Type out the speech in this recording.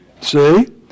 see